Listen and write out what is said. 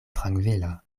trankvila